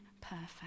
perfect